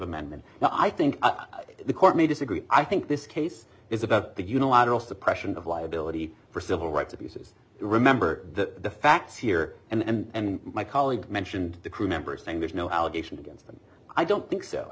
amendment now i think the court may disagree i think this case is about the unilateral suppression of liability for civil rights abuses remember that the facts here and my colleague mentioned the crew members saying there's no allegation against them i don't think so i